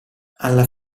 alla